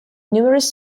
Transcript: numerous